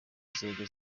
inzego